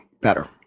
better